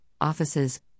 offices